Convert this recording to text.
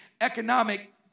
economic